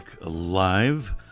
live